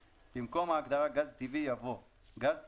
במקום ההגדרה "גז טבעי" יבוא: ""גז טבעי",